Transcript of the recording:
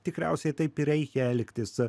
tikriausiai taip ir reikia elgtis